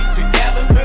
together